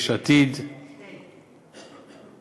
יש עתיד, שתי.